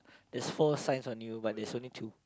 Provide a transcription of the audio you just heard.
there's four signs on you but there's only two